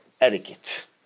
etiquette